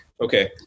Okay